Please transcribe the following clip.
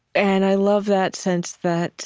and i love that sense that